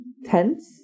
Tense